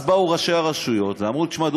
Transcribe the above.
אז באו ראשי רשויות ואמרו: תשמע,